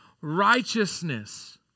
righteousness